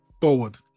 forward